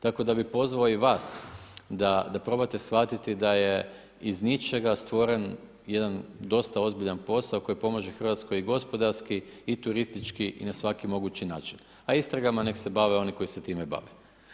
Tako da bi pozvao i vas, da probate shvatiti da je iz ničega stvoren jedan dosta ozbiljan posao, koji pomaže Hrvatskoj i gospodarski i turistički na svaki mogući način, a istragama neka se bave oni koji se time bave.